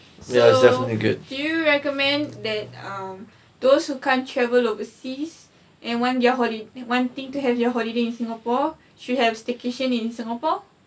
so do you recommend that um those who can't travel overseas and want their holiday wanting to have your holiday in singapore should have staycation in singapore